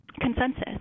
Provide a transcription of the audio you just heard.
consensus